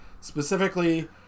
Specifically